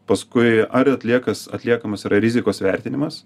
paskui ar atliekas atliekamas yra rizikos vertinimas